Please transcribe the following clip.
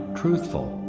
truthful